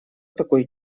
такой